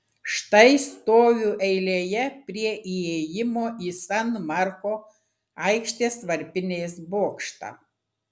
štai stoviu eilėje prie įėjimo į san marko aikštės varpinės bokštą